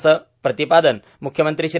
असे प्रतिपादन मुख्यमंत्री श्री